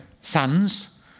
sons